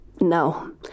No